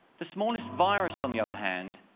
the smallest virus, on the other hand,